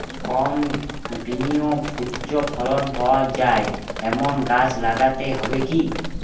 কম বিনিয়োগে উচ্চ ফলন পাওয়া যায় এমন গাছ লাগাতে হবে কি?